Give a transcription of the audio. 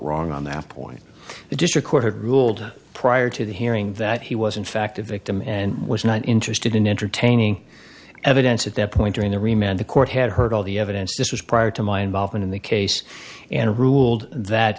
wrong on that point the district court had ruled prior to the hearing that he was in fact a victim and was not interested in entertaining evidence at that point during the remained the court had heard all the evidence this was prior to my involvement in the case and ruled that